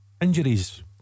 injuries